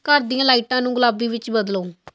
ਘਰ ਦੀਆਂ ਲਾਈਟਾਂ ਨੂੰ ਗੁਲਾਬੀ ਵਿੱਚ ਬਦਲੋ